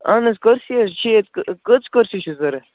اَہَن حظ کٔرسی حظ چھِ ییٚتہِ کٔژ کٔرسی چھِ ضروٗرت